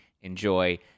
enjoy